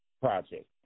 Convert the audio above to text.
project